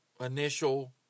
initial